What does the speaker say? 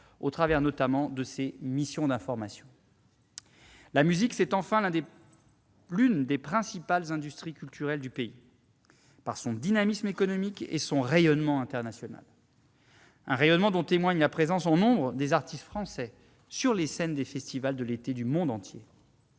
au travers notamment de ses missions d'information. La musique, c'est, enfin, l'une des principales industries culturelles du pays, par son dynamisme économique et son rayonnement international, rayonnement dont témoigne la présence en nombre des artistes français sur les scènes des festivals de l'été du monde entier.